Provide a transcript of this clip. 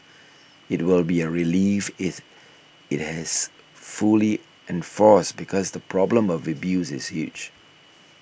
it will be a relief if it has fully enforced because the problem of abuse is huge